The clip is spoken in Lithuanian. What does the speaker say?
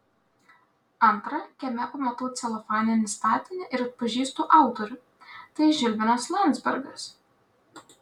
antra kieme pamatau celofaninį statinį ir atpažįstu autorių tai žilvinas landzbergas